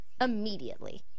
immediately